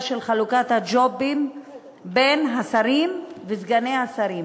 של חלוקת הג'ובים בין השרים וסגני השרים: